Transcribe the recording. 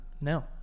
no